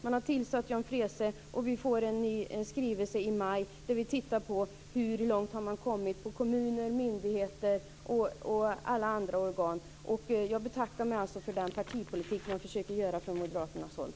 Man har tillsatt Jan Freese, och vi får en ny skrivelse i maj där man tittar på hur långt man har kommit på kommuner, myndigheter och andra organ. Jag betackar mig alltså för den partipolitik man försöker göra av detta från moderaternas håll.